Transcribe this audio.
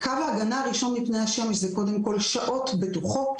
קו ההגנה הראשון מפני השמש הוא קודם כל שעות בטוחות